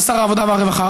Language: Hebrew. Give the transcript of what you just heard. זה שר העבודה והרווחה,